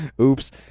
Oops